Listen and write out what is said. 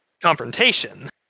confrontation